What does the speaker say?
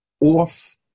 off